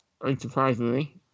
unsurprisingly